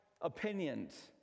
opinions